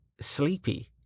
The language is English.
sleepy